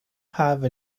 have